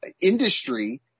industry